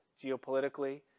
geopolitically